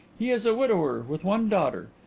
he is a widower with one daughter,